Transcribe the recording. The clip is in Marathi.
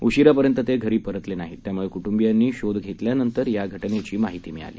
उशिरापर्यंत ते घरी परतले नाही त्यामुळे कुटुंबियांनी शोधाशोध केल्यानंतर त्यांना या घटनेची माहिती मिळाली